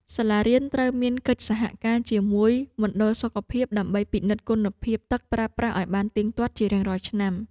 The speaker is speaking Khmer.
សាលារៀនត្រូវមានកិច្ចសហការជាមួយមណ្ឌលសុខភាពដើម្បីពិនិត្យគុណភាពទឹកប្រើប្រាស់ឱ្យបានទៀងទាត់ជារៀងរាល់ឆ្នាំ។